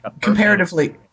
Comparatively